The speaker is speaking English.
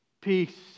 peace